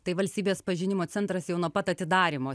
tai valstybės pažinimo centras jau nuo pat atidarymo